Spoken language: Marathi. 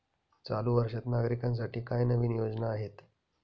चालू वर्षात नागरिकांसाठी काय नवीन योजना आहेत?